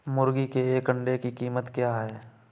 मुर्गी के एक अंडे की कीमत क्या है?